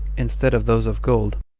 instead of those of gold,